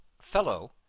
fellow